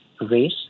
race